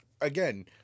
again